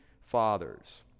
fathers